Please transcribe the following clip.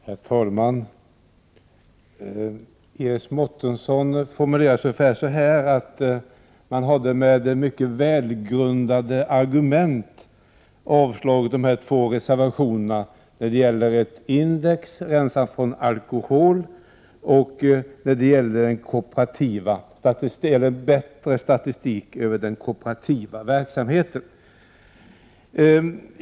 Herr talman! Iris Mårtensson formulerade sig ungefär så, att man med mycket välgrundade argument avslagit de två reservationerna om ett index rensat från alkohol och om bättre statistik över den kooperativa verksamheten.